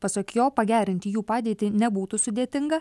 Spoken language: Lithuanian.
pasak jo pagerinti jų padėtį nebūtų sudėtinga